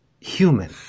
human